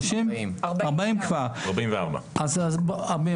44. תקציב של 44